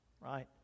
right